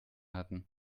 hatten